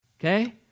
Okay